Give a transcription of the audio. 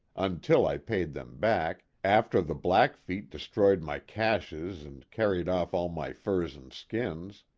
until i paid them back, after the blackfeet destroyed my caches and carried off all my furs and skins.